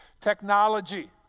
technology